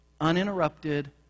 uninterrupted